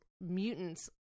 mutants